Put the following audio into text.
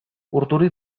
urduri